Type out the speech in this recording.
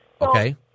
Okay